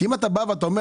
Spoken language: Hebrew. אם שמת פה